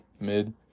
Mid